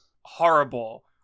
Horrible